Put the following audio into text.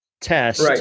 test